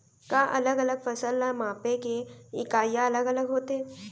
का अलग अलग फसल ला मापे के इकाइयां अलग अलग होथे?